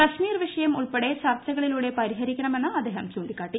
കാശ്മീർ വിഷയം ഉൾപ്പെട്ടി ച്ർച്ചകളിലൂടെ പരിഹരിക്കണമെന്ന് അദ്ദേഹം ചൂണ്ടിക്കാട്ടി